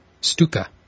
Stuka